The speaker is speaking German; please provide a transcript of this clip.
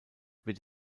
wird